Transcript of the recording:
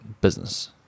business